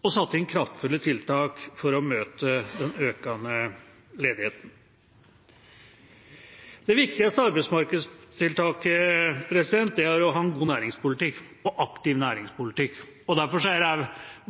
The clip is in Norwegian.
og satte inn kraftfulle tiltak for å møte den økende ledigheten. Det viktigste arbeidsmarkedstiltaket er å ha en god næringspolitikk og en aktiv næringspolitikk. Derfor er også